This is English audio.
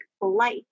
life